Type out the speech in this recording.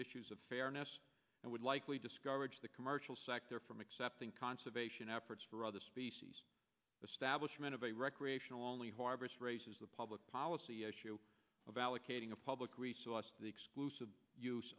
issues of fairness and would likely discover the commercial sector from accepting conservation efforts for other species establishment of a recreational only harbors raises the public policy issue of allocating a public resource the exclusive use